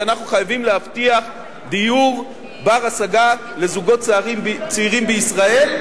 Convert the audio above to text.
כי אנחנו חייבים להבטיח דיור בר-השגה לזוגות צעירים בישראל.